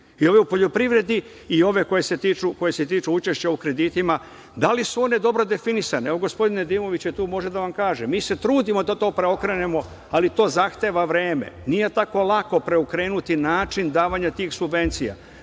i ove u poljoprivredi, i ove koje se tiču učešća u kreditima. Da li su one dobro definisane? Evo, gospodin Nedimović je tu, može da vam kaže. Mi se trudimo da to preokrenemo, ali to zahteva vreme. Nije tako lako preokrenuti način davanja tih subvencija.